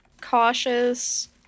cautious